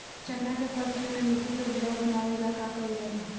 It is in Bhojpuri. चन्ना के फसल में मिट्टी के उपजाऊ बनावे ला का कइल जाला?